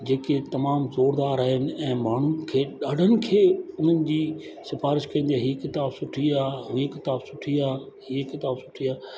जेके तमामु जोरदार आहिनि ऐं माण्हुनि खे ॾाढनि खे उन्हनि जी सिफ़ारिश कंदी आहे हीअ किताबु सुठी आहे हीअ किताबु सुठी आहे हीअ किताबु सुठी आहे